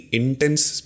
intense